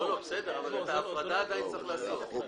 בסדר, אבל את ההפרדה עדיין צריך לעשות.